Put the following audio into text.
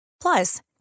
Plus